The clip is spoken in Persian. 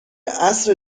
عصر